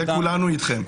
בזה כולנו אתכם.